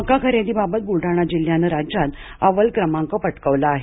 मका खरेदीबाबत बुलडाणा जिल्ह्यानं राज्यामध्ये अव्वल क्रमांक पटकावला आहे